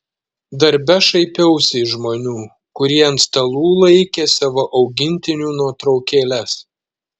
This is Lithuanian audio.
darbe šaipiausi iš žmonių kurie ant stalų laikė savo augintinių nuotraukėles